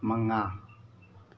ꯃꯉꯥ